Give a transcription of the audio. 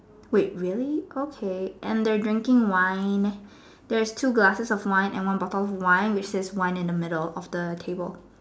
wait really okay and they're drinking wine there's two glasses of wine and one bottle of wine which says wine in the middle of the table